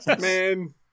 Man